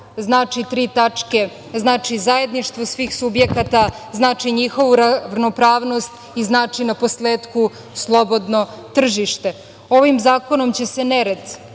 znači tri tačke, znači zajedništvo svih subjekata, znači njihovu ravnopravnost i znači naposletku slobodno tržište. Ovim zakonom će se nered